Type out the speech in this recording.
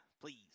please